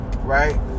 Right